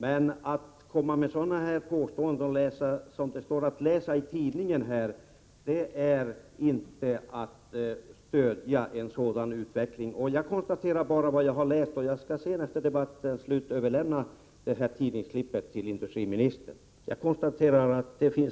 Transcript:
Att komma med sådana påståenden som dem som står att läsa i tidningen är inte att stödja utvecklingen. Jag konstaterar bara att jag har läst detta, och jag skall efter debattens slut överlämna tidningsurklippet till industriministern.